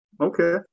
Okay